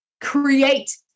create